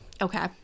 Okay